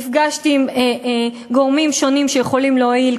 נפגשתי עם גורמים שונים שיכולים להועיל,